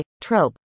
trope